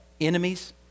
enemies